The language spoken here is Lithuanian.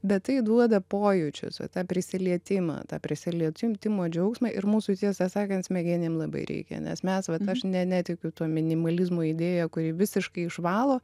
bet tai duoda pojūčius va tą prisilietimą tą prisiliečimtimo džiaugsmą ir mūsų tiesą sakant smegenim labai reikia nes mes vat aš ne ne netikiu to minimalizmo idėja kuri visiškai išvalo